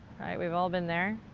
we've all been there.